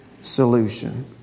solution